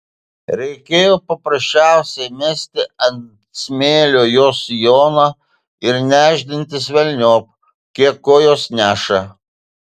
reikėjo paprasčiausiai mesti ant smėlio jos sijoną ir nešdintis velniop kiek kojos neša